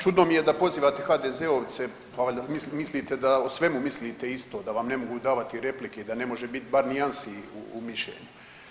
Čudno mi je da pozivate HDZ-ovce, pa mislite da o svemu mislite isto, da vam ne mogu davati replike i da ne može biti bar nijansi u mišljenju.